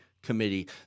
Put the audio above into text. Committee